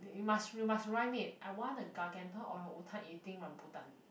you must you must rhyme it I want a gargantuan orangutan eating rambutan